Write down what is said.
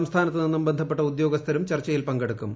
സംസ്ഥാനത്ത് നിന്നും ബന്ധപ്പെട്ട ഉദ്യോഗസ്ഥരും ചർച്ചയിൽ പങ്കെടുക്കും